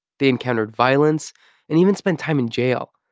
they encountered violence and even spent time in jail.